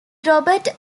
robert